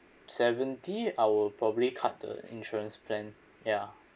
seventy I will probably cut the insurance plan ya